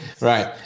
Right